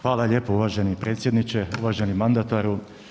Hvala lijepo uvaženi predsjedniče, uvaženi mandataru.